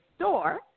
store